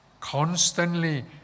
constantly